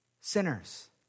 sinners